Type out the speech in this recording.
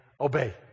obey